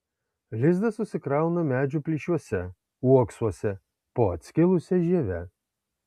lizdą susikrauna medžių plyšiuose uoksuose po atskilusia žieve